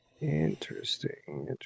interesting